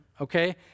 Okay